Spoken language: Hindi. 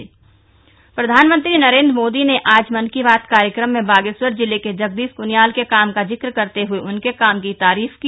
बागेश्वर मन की बात प्रधानमंत्री नरेन्द्र मोदी ने आज मन की बात कार्यक्रम में बागेश्वर जिले के जगदीश कुनियाल के काम का जिक्र करते हुए उनके काम की तारीफ की